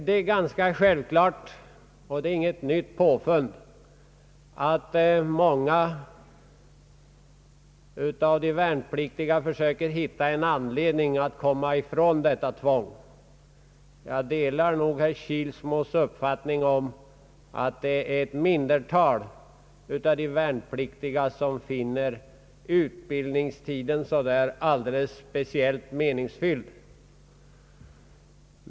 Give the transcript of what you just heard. Det är ganska självklart — det är inget nytt påfund — att många av de värnpliktiga försöker hitta en anledning att komma ifrån detta tvång. Jag delar nog herr Kilsmos uppfattning att endast ett mindre antal av de värnpliktiga finner utbildningstiden meningsfylld.